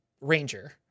ranger